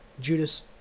Judas